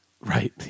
Right